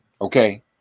Okay